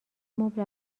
مبل